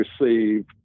receive